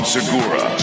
Segura